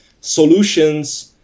solutions